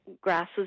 grasses